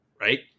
right